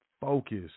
focus